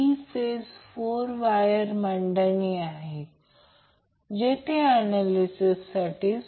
त्यामुळे बॅलन्स सोर्ससाठी Van Vbn Vcn 0 असणे आवश्यक आहे जर ते अनबॅलन्स असेल तर 0 असू शकते किंवा 0 असू शकत नाही